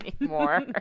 anymore